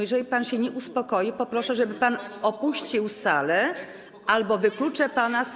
Jeżeli pan się nie uspokoi, poproszę, żeby pan opuścił salę, albo wykluczę pana z obrad.